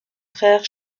frère